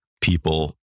people